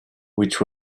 which